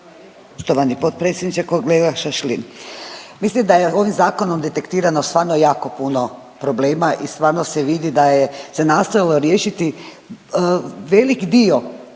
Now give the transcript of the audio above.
Poštovani potpredsjedniče, kolega Šašlin. Mislim da je ovim Zakonom detektirano stvarno jako puno problema i stvarno se vidi da je se nastojalo riješiti velik dio